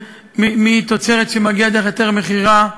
תוצרת שמגיעה דרך היתר המכירה,